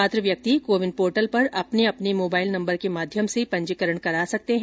पात्र व्यक्ति को विन पोर्टल पर अपने अपने मोबाइल नम्बर के माध्यम से पंजीकरण करा सकते हैं